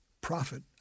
Profit